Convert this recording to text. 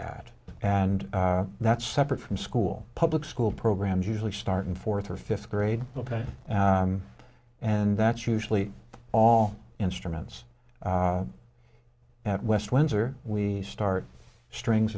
that and that's separate from school public school programs usually starting fourth or fifth grade and that's usually all instruments at west windsor we start strings